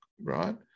right